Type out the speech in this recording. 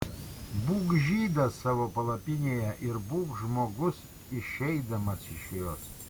būk žydas savo palapinėje ir būk žmogus išeidamas iš jos